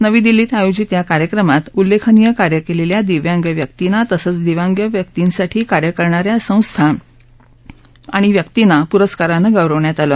नवी दिल्लीत आयोजित या कार्यक्रमात उल्लेखनीय कार्य केलेल्या दिव्यांग व्यक्तींना तसंच दिव्यांग व्यक्तींसाठी कार्य करणा या संस्था आणि व्यक्तींना या पुरस्कारने गौरवण्यात आले